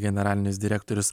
generalinis direktorius